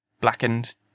blackened